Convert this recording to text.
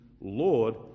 Lord